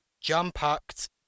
jam-packed